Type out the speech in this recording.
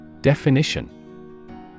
Definition